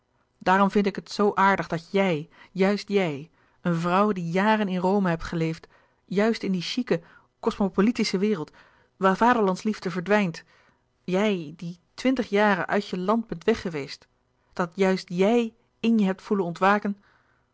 daarom vind ik het zoo aardig dat jij juist jij een vrouw die jaren in rome hebt geleefd juist in die chique cosmopolitische wereld waar vaderlandsliefde verdwijnt jij die twintig jaren uit je land bent weggeweest dat juist jij in je hebt voelen ontwaken